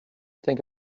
think